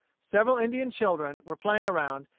several indian children were playing around,